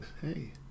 hey